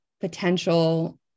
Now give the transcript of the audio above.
potential